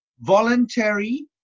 voluntary